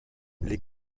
les